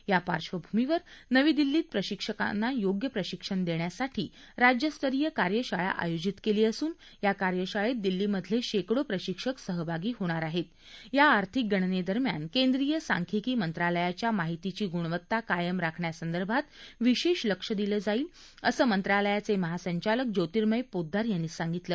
या पार्श्वभूमीवर नवी दिल्लीत प्रशिक्षकांना योग्य प्रशिक्षण देण्यासाठी राज्यस्तरीय कार्यशाळा आयोजित केली असून या कार्यशाळेत दिल्लीमधले शेकडो प्रशिक्षक सहभागी होणार आहेत या आर्थिक गणनेदरम्यान केंद्रीय सांख्यिकी मंत्रालयाच्या माहितीची गुणवत्ता कायम राखण्यासदर्भात विशेष लक्ष दिल जाईल असं मंत्रालयाचे महासंचालक जोतिर्मय पोद्दार यांनी सांगितलं